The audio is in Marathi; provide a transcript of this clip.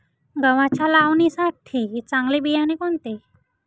गव्हाच्या लावणीसाठी चांगले बियाणे कोणते?